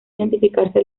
identificarse